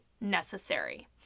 necessary